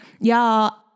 y'all